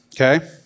Okay